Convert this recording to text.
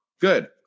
Good